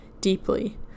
deeply